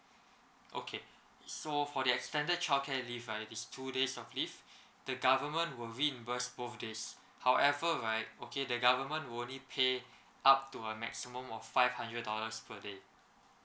okay so for the extended childcare leave right it's two days of leave the government will reimburse both days however right okay the government will only pay up to a maximum of five hundred dollars per day